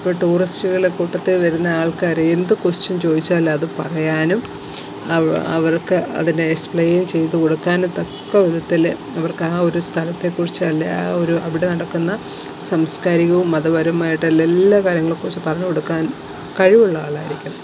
ഇപ്പോള് ടൂറിസ്റ്റുകള് കൂട്ടത്തില് വരുന്ന ആൾക്കാര് എന്ത് കൊസ്റ്റിൻ ചോദിച്ചാലും അത് പറയാനും അവ അവർക്ക് അതിനെ എക്സ്പ്ലൈൻ ചെയ്തു കൊടുക്കാനും തക്ക വിധത്തില് അവർക്ക് ആ ഒരു സ്ഥലത്തെ കുറിച്ച് അല്ലെ ആ ഒരു അവിടെ നടക്കുന്ന സംസ്കാരികവും മതപരവുമായിട്ടുള്ള എല്ലാ കാര്യങ്ങളെ കുറിച്ചും പറഞ്ഞുകൊടുക്കാൻ കഴിവുള്ള ആളായിരിക്കണം